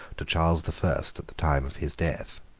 to charles the first at the time of his death.